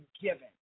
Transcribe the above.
given